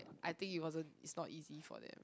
I think it wasn't is not easy for them